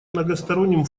многосторонним